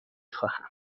خواهم